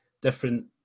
different